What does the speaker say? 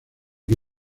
que